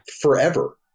forever